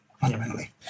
fundamentally